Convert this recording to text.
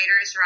right